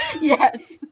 Yes